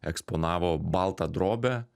eksponavo baltą drobę